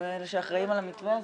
אלה שאחראים על המתווה הזה.